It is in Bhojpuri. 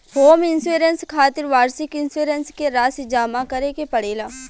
होम इंश्योरेंस खातिर वार्षिक इंश्योरेंस के राशि जामा करे के पड़ेला